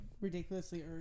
ridiculously